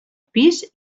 pis